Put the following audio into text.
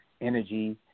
energy